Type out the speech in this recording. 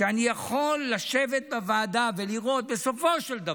כשאני יכול לשבת בוועדה ולראות, בסופו של דבר,